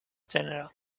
gènere